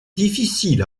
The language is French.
difficile